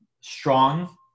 strong